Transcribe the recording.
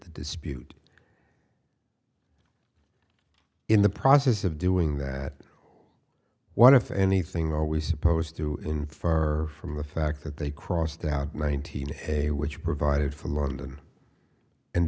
the dispute in the process of doing that or what if anything are we supposed to infer from the fact that they crossed out nineteen a which provided for london and